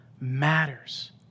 matters